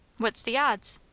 what's the odds?